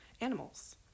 animals